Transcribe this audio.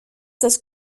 das